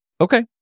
Okay